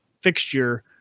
fixture